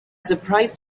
surprised